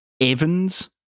Evans